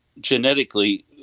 genetically